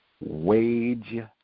Wage